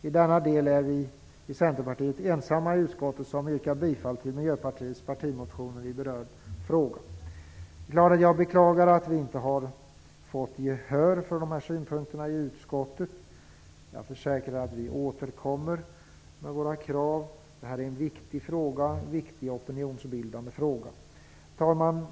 I denna del är vi i Centerpartiet ensamma i utskottet om att yrka bifall till Miljöpartiets partimotion i berörd fråga. Jag beklagar att vi inte har fått gehör för de här synpunkterna i utskottet. Jag försäkrar att vi återkommer med våra krav. Det här är en viktig opinionsbildningsfråga. Herr talman!